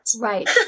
Right